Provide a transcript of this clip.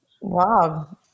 Wow